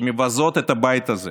שמבזות את הבית הזה,